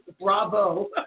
Bravo